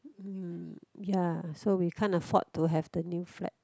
hmm ya so we can't afford to have the new flat